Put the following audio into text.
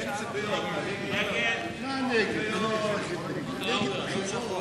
ההסתייגות לחלופין הראשונה של חבר